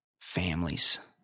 families